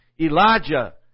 Elijah